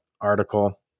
article